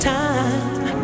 time